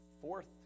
Fourth